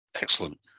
Excellent